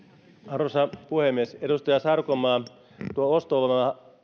arvoisa puhemies edustaja sarkomaa tuo ostovoima